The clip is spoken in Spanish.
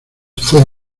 fue